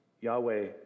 Yahweh